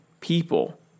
people